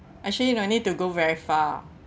actually no need to go very far